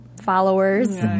followers